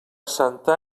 santa